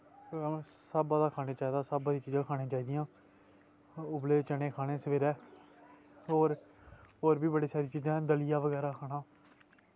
हिसाबा दा खाना चाही दा हिसाबा दी चीजां खानी चाही दियां उब्बले चने खाने सवेरै होर होर बड़ी सारी चीजां दलिया बगैरा खाना